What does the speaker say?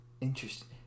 Interesting